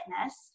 fitness